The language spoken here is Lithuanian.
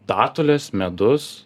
datulės medus